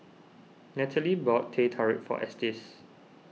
Nataly bought Teh Tarik for Estes